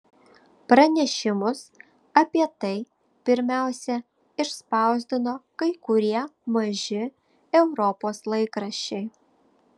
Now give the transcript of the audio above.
pranešimus apie tai pirmiausia išspausdino kai kurie maži europos laikraščiai